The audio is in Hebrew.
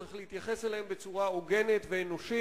צריך להתייחס אליהם בצורה הוגנת ואנושית,